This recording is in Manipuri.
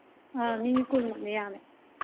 ꯑꯥ ꯃꯤ ꯀꯨꯟꯃꯨꯛꯅꯦ ꯌꯥꯝꯃꯦ